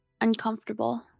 Uncomfortable